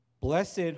blessed